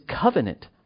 covenant